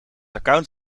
account